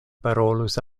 parolus